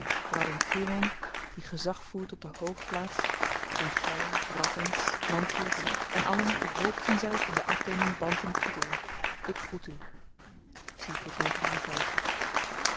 die gezag voert op de hoofdplaats en gy radhens mantries en allen die hoofden zyt in de afdeeling bantan kidoel ik groet u